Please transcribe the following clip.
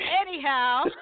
Anyhow